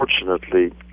unfortunately